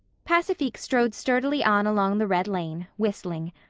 pacifique strode sturdily on along the red lane, whistling.